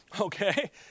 Okay